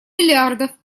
миллиардов